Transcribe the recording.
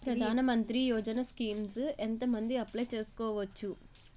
ప్రధాన మంత్రి యోజన స్కీమ్స్ ఎంత మంది అప్లయ్ చేసుకోవచ్చు?